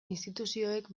instituzioek